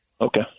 okay